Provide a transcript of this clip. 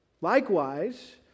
Likewise